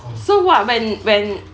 so what when when